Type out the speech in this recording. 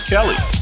Kelly